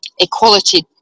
equality